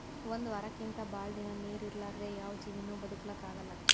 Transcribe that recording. ಒಂದ್ ವಾರಕ್ಕಿಂತ್ ಭಾಳ್ ದಿನಾ ನೀರ್ ಇರಲಾರ್ದೆ ಯಾವ್ ಜೀವಿನೂ ಬದಕಲಕ್ಕ್ ಆಗಲ್ಲಾ